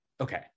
Okay